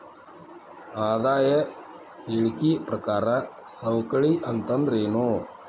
ಆದಾಯ ಹೇಳಿಕಿ ಪ್ರಕಾರ ಸವಕಳಿ ಅಂತಂದ್ರೇನು?